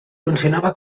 funcionava